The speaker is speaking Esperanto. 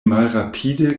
malrapide